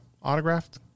autographed